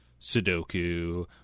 sudoku